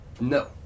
No